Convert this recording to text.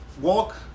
walk